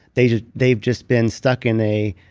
they've just they've just been stuck in a